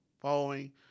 following